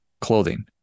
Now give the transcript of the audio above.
clothing